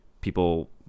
people